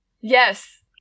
Yes